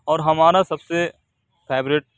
اور ہمارا سب سے فیوریٹ